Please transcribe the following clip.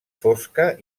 fosca